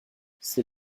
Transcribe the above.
c’est